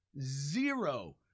zero